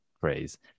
Phrase